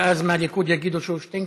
ואז מהליכוד יגידו שהוא שטינקר?